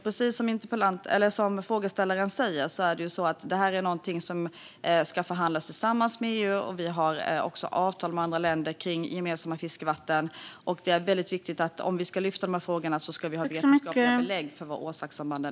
Precis som frågeställaren säger är detta något som ska förhandlas tillsammans med EU, och vi har dessutom avtal med andra länder om gemensamma fiskevatten. Om vi ska ta upp dessa frågor är det viktigt att vi har vetenskapliga belägg för orsakssambanden.